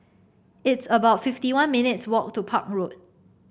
it's about fifty one minutes' walk to Park Road